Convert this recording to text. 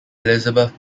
elizabeth